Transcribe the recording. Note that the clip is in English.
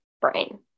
brain